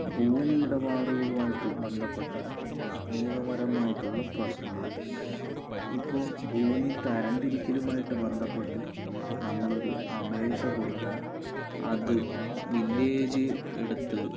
ഭൂമി ഇടപാടുകളുമായിട്ട് ബന്ധപ്പെട്ട നിയമപരമായിട്ടുള്ള പ്രശ്നങ്ങൾ ഇപ്പോൾ ഭൂമി തരം തിരിക്കലുമായിട്ട് ബന്ധപ്പെട്ട് നമ്മൾ ഒരു അപേക്ഷ കൊടുത്താൽ അത് വില്ലേജ് എടുത്ത്